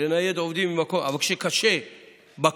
לנייד עובדים ממקום למקום, אבל כשקשה בכול